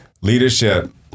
leadership